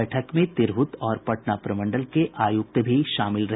बैठक में तिरहत और पटना प्रमंडल के आयुक्त भी शामिल रहे